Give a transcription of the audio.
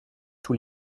tous